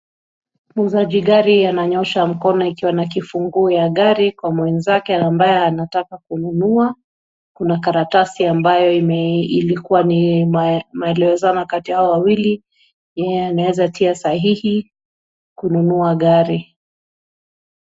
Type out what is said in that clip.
Muuzaji gari ananyoosha mkono ikiwa na kifunguo ya gari kwa mwenzake ambaye anataka kununua. Kuna karatasi ambayo ime ilikuwa ni maelewano kati yao wawili. Yeye anaweza tia sahihi kununua gari.